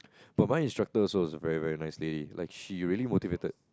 but my instructor also is a very very nice lady like she really motivated